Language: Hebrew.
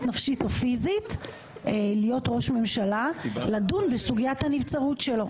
נפשית או פיזית להיות ראש ממשלה לדון בסוגיית הנבצרות שלו.